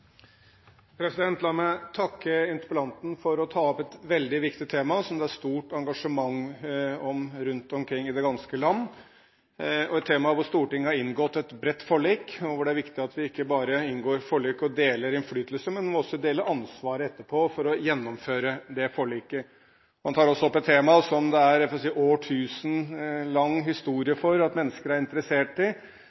er stort engasjement om rundt omkring i det ganske land – et tema hvor Stortinget har inngått et bredt forlik, og hvor det er viktig at vi ikke bare inngår forlik og deler innflytelse. Vi må også dele ansvaret etterpå for å gjennomføre forliket. Han tar også opp et tema som det er – jeg får si – en årtusenlang historie